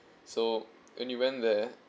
so when we went there